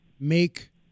make